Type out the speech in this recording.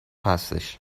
هستش